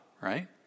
right